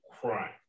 crime